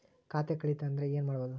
ಖಾತೆ ಕಳಿತ ಅಂದ್ರೆ ಏನು ಮಾಡೋದು?